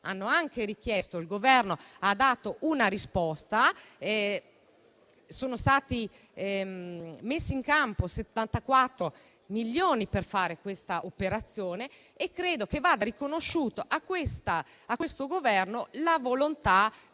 il Governo ha dato una risposta, sono stati messi in campo 74 milioni per fare tale operazione e credo che vada riconosciuta al Governo la volontà di continuare